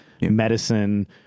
medicine